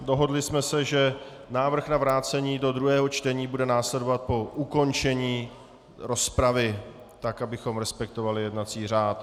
Dohodli jsme se, že návrh na vrácení do druhého čtení bude následovat po ukončení rozpravy, tak abychom respektovali jednací řád.